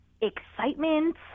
excitement